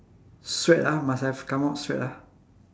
sweat ah must have come out sweat ah